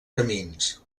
camins